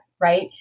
Right